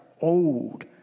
old